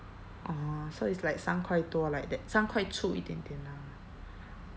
orh so it's like 三块多 like that 三块出一点点 lah